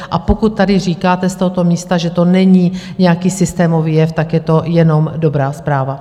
A pokud tady říkáte z tohoto místa, že to není nějaký systémový jev, tak je to jenom dobrá zpráva.